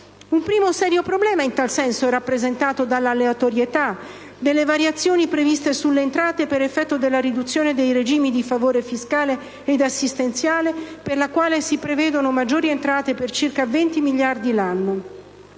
Un primo serio problema in tal senso è rappresentato dall'aleatorietà delle variazioni previste sulle entrate per effetto della riduzione dei regimi di favore fiscale ed assistenziale, per la quale si prevedono maggiori entrate per circa 20 miliardi di